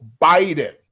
Biden